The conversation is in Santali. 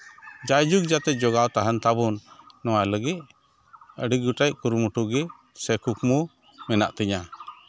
ᱡᱟᱭᱡᱩᱜᱽ ᱡᱟᱛᱮ ᱡᱚᱜᱟᱣ ᱛᱟᱦᱮᱱ ᱛᱟᱵᱚᱱ ᱱᱚᱣᱟ ᱞᱟᱹᱜᱤᱫ ᱟᱹᱰᱤ ᱜᱚᱴᱮᱡ ᱠᱩᱨᱩᱢᱩᱴᱩ ᱜᱮ ᱥᱮ ᱠᱩᱠᱢᱩ ᱢᱮᱱᱟᱜ ᱛᱤᱧᱟᱹ